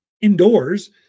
indoors